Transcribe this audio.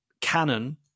Canon